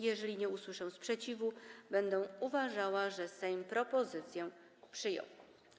Jeżeli nie usłyszę sprzeciwu, będę uważała, że Sejm propozycję przyjął.